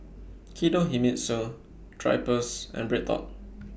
Kinohimitsu Drypers and BreadTalk